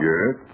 Yes